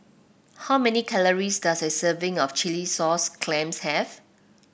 how many calories does a serving of Chilli Sauce Clams have